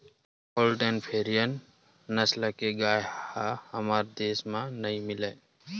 Holstein Friesian नसल के गाय ह हमर देस म नइ मिलय